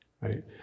Right